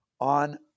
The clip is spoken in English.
on